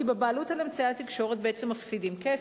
כי בבעלות על אמצעי התקשורת בעצם מפסידים כסף.